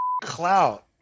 clout